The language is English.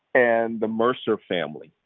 and the mercer family.